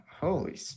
Holy